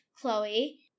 Chloe